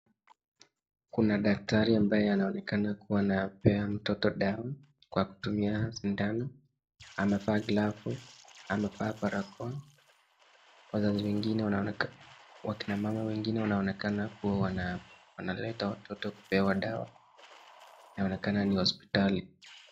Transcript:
Kuna daktari ambaye anakaa kuwa anampea mtoto dawa kwa kutumia sindano. Amevaa glavu, amevaa barakoa. Wazazi wengine wanaonekana, wakina mama wengine wanaonekana kuleta watoto wapewe dawa. Inaonekana ni hospitali.